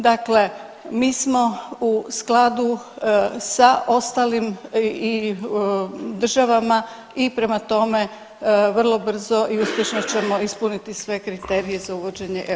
Dakle, mi smo u skladu sa ostalim državama i prema tome vrlo brzo i uspješno ćemo ispuniti sve kriterije za uvođenje eura.